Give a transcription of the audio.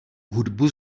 hudbu